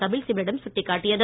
கபில் சிபிலிடம் சுட்டிக்காட்டியது